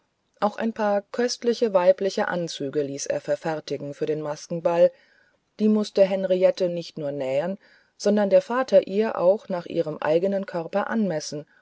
auch ein paar köstliche weibliche anzüge ließ er verfertigen für den maskenball die mußte henriette nicht nur nähen sondern der vater ihr auch nach ihrem eigenen körper anmessen